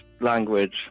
language